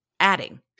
Adding